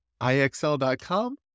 IXL.com